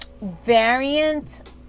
variant